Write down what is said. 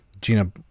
Gina